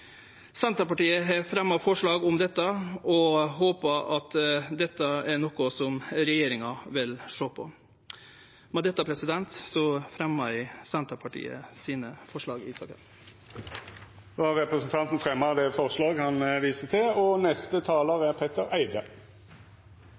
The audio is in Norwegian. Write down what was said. Senterpartiet har fremja forslag om dette og håpar dette er noko som regjeringa vil sjå på. Med det tek eg opp forslaget frå Senterpartiet. Representanten Geir Inge Lien har teke opp det forslaget han refererte til.